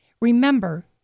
Remember